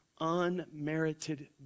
unmerited